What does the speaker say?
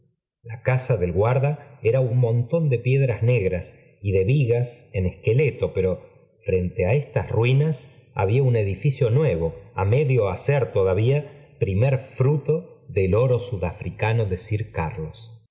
la casa del guarda era un montón de piedras negras y de vigas en esqueleto pero frente á estas ruinas había un edificio nuevo á medio hacer todavía primér fruto del oro sudafricano de sir carlos